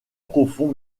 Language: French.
profond